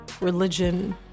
religion